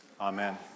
Amen